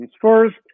first